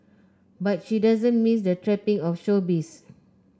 but she doesn't miss the trappings of showbiz